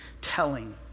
telling